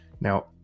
Now